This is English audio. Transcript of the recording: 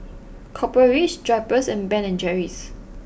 Copper Ridge Drypers and Ben and Jerry's